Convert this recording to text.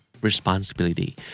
responsibility